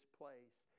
place